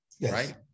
right